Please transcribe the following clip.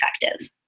effective